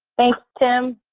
thanks tim.